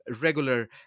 regular